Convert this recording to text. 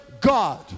God